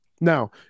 Now